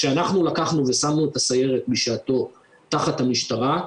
כשאנחנו לקחנו ושמנו את הסיירת בשעתו תחת המשטרה,